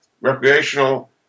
recreational